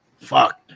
Fuck